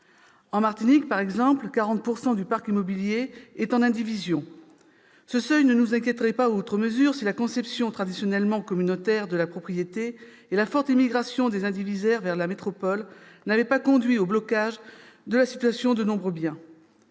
En Martinique, par exemple, 40 % du parc immobilier est en indivision. Ce seuil ne nous inquiéterait pas outre mesure si la conception traditionnellement communautaire de la propriété et la forte émigration des indivisaires vers la métropole n'avaient pas conduit au blocage de la situation de nombreux biens.